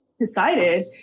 decided